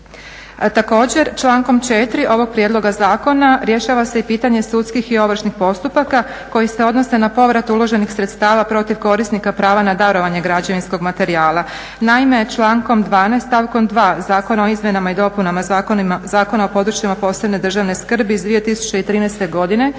Također, člankom 4. ovog prijedloga zakona rješava se i pitanje sudskih i ovršnih postupaka koji se odnose na povrat uloženih sredstava protiv korisnika prava na darovanje građevinskog materijala. Naime, člankom 12. stavkom 2. Zakona o izmjenama i dopunama Zakona o područjima posebne državne skrbi iz 2013. godine